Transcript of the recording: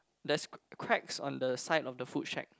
there's cracks on the side of the food shack